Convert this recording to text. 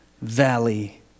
valley